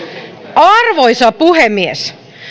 arvoisa puhemies